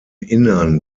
innern